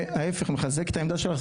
זה ההפך, זה מחזק את העמדה שלך.